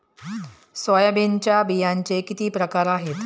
सोयाबीनच्या बियांचे किती प्रकार आहेत?